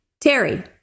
Terry